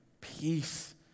peace